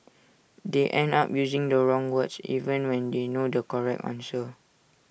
they end up using the wrong words even when they know the correct answer